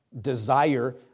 desire